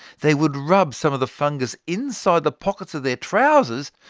they would rub some of the fungus inside the pockets of their trousers,